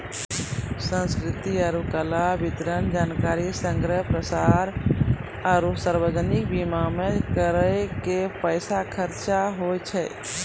संस्कृति आरु कला, वितरण, जानकारी संग्रह, प्रसार आरु सार्वजनिक बीमा मे करो के पैसा खर्चा होय छै